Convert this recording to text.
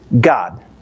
God